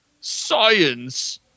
science